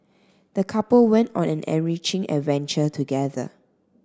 the couple went on an enriching adventure together